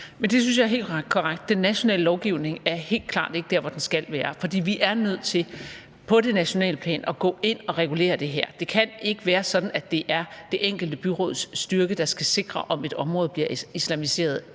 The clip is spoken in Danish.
Det synes jeg er helt korrekt: Den nationale lovgivning er helt klart ikke der, hvor den skal være. For vi er nødt til på det nationale plan at gå ind at regulere det her. Det kan ikke være sådan, at det er det enkelte byråds styrke, der skal sikre, om et område bliver islamiseret